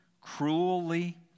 cruelly